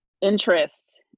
interest